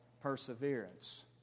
perseverance